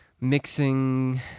mixing